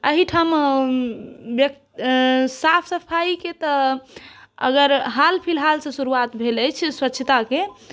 एहिठाम साफ सफाइके तऽ अगर हाल फिलहाल सॅं शुरुआत भेल अछि स्वच्छताके